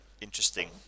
interesting